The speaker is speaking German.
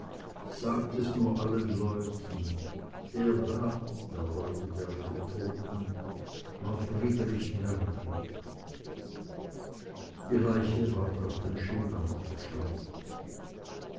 sagt es nur allen leuten der da er deutete auf den toten war friedrich mergel die leiche ward auf dem schindanger verscharrt